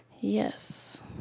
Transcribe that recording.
Yes